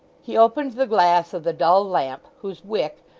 he opened the glass of the dull lamp, whose wick,